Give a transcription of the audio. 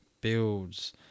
builds